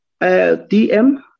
DM